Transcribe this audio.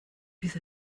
bydd